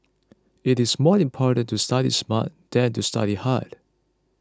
it is more important to study smart than to study hard